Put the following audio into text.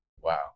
wow